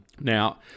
Now